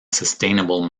sustainable